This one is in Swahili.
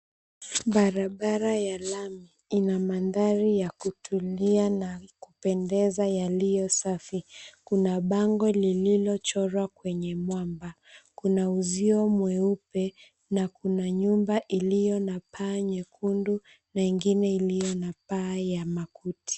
Barabara ya lami ina mandhari ya kutulia na kupendeza yaliyo safi. Kuna bango lililochorwa kwenye mwamba. Kuna uzio mweupe na kuna nyumba iliyo na paa nyekundu na ingine iliyo na paa ya makuti.